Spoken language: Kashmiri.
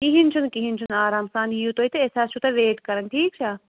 کِہیٖنۍ چھُنہٕ کِہیٖنۍ چھُنہٕ آرام سان یِیِو تُہۍ تہٕ أسۍ حظ چھُو تۄہہِ ویٹ کَران ٹھیٖک چھا